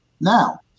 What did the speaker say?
Now